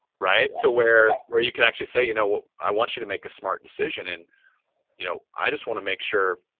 right? where where you can actually say, you know what? i want you to make a smart decision and you know i just wanna make sure